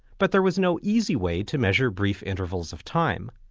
but there was no easy way to measure brief intervals of time.